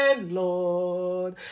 Lord